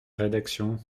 rédaction